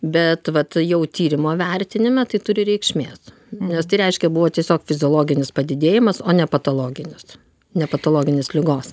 bet vat jau tyrimo vertinime tai turi reikšmės nes tai reiškia buvo tiesiog fiziologinis padidėjimas o ne pataloginis nepatologinis ligos